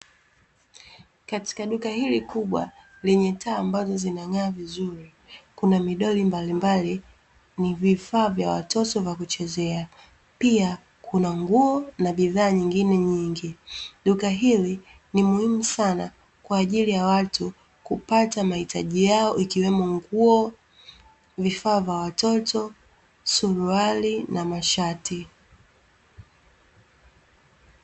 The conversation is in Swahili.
Katika duka hili kubwa lenye taa ambazo zinang'aa vizuri, kuna midoli mbalimbali. Ni vifaa vya watoto vya kuchezea. Pia kuna nguo na bidhaa nyingine nyingi. Duka hili ni muhimu sana kwa ajili ya watu kupata mahitaji yao, ikiwemo; nguo, vifaa vya watoto, suruali na mashati.